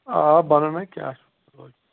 آ بَنَن ہَے کیٛاہ چھُنہٕ پَرواے